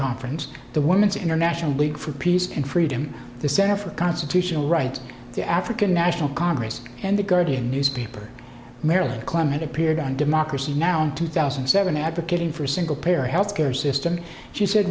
conference the women's international league for peace and freedom the center for constitutional rights the african national congress and the guardian newspaper marilyn clement appeared on democracy now two thousand and seven advocating for single payer health care system she said